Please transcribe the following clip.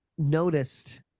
Noticed